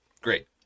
great